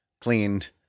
cleaned